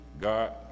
God